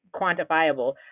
quantifiable